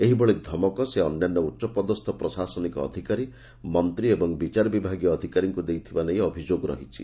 ଏହିଭଳି ଧମକ ସେ ଅନ୍ୟାନ୍ୟ ଉଚ୍ଚପଦସ୍ସ ପ୍ରଶାସନିକ ଅଧିକାରୀ ମନ୍ତୀ ଏବଂ ବିଚାରବିଭାଗୀୟ ଅଧିକାରୀଙ୍କୁ ଦେଇଥିବା ନେଇ ଅଭିଯୋଗ ରହିଛି